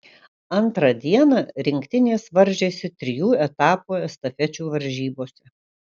antrą dieną rinktinės varžėsi trijų etapų estafečių varžybose